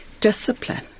discipline